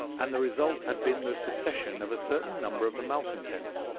and the result had been the secession of a certain number of the malcontents,